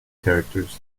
characters